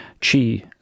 Chi